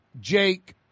Jake